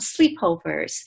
sleepovers